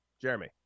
Jeremy